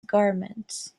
garments